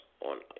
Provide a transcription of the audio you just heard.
on